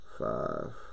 five